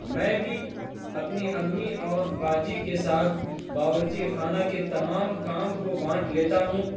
میں بھی اپنی امی اور باجی کے ساتھ باورچی خانہ کے تمام کام کو بانٹ لیتا ہوں